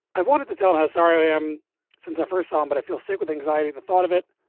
i've wanted to tell how sorry i am since i first saw, but i feel sick with anxiety. the thought of it,